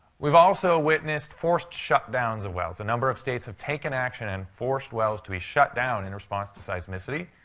we've also witnessed forced shutdowns of wells. a number of states have taken action and forced wells to be shut down in response to seismicity.